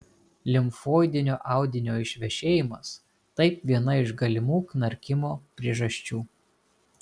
limfoidinio audinio išvešėjimas taip viena iš galimų knarkimo priežasčių